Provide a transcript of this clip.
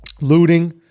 Looting